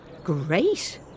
Great